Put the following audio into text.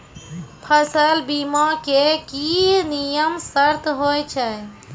फसल बीमा के की नियम सर्त होय छै?